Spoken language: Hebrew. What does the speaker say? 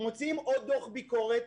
מוציאים עוד דוח ביקורת,